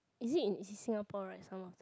is it in it is Singapore right some of the